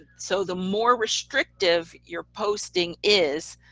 so the more restrictive you're posting is,